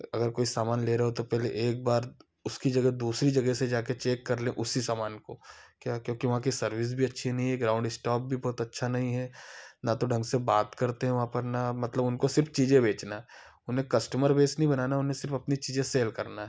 अगर कोई सामान ले रहे हो तो पहले एक बार उसकी जगह दूसरी जगेह से जाकर चेक कर लें उसी समान को क्या है क्योंकि वहाँ की सर्विस भी अच्छी नहीं है ग्राउंड स्टाफ भी बहुत अच्छा नहीं है ना तो ढंग से बात करते हैं वहाँ पर ना मतलब उनको सिर्फ़ चीज़ें बेचना है उन्हें कस्टमर बेस नहीं बनाना उन्हें सिर्फ़ अपनी चीज़ें सेल करना है